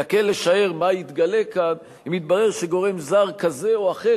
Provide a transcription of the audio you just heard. נקל לשער מה יתגלה כאן אם יתברר אחרי הבחירות שגורם זר כזה או אחר